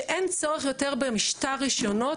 שאין צורך יותר במשטר רשיונות,